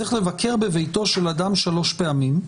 צריך לבקר בביתו של אדם שלוש פעמים.